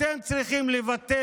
אתם צריכים לוותר